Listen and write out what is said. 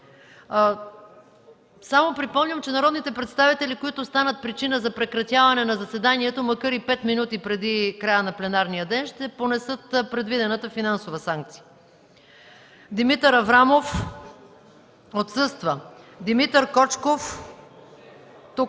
Само припомням, че народните представители, които станат причина за прекратяване на заседанието, макар и пет минути преди края на пленарния ден, ще понесат предвидената финансова санкция. Димитър Василев Аврамов - отсъства Димитър Георгиев